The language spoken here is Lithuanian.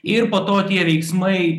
ir po to tie veiksmai